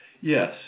Yes